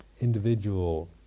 individual